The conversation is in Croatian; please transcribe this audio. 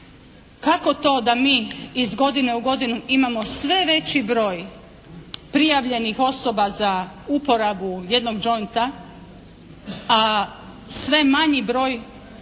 kako to da mi iz godine u godinu imamo sve veći broj prijavljenih osoba za uporabu jednog jointa, a sve manji broj prijava i kažnjavanja onih